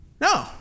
No